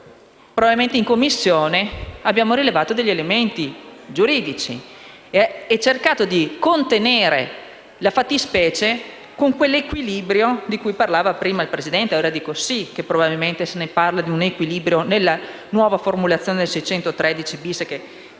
*morituri*, in Commissione abbiamo rilevato degli elementi giuridici e cercato di contenere la fattispecie con quell'equilibrio di cui parlava prima il Presidente. Allora dico che probabilmente si parla di equilibrio nella nuova formulazione dell'articolo 613-*bis*